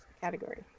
category